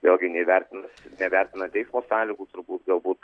vėlgi neįvertinus neįvertinant eismo sąlygų turbūt galbūt